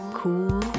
cool